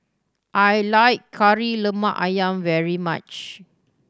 I like Kari Lemak Ayam very much